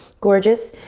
gorgeous.